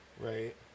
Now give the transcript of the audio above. Right